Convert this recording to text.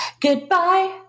Goodbye